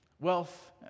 Wealth